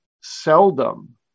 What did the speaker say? seldom